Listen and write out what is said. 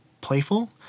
playful